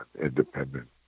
independent